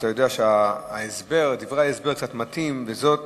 אתה יודע שדברי ההסבר קצת מטעים: וזאת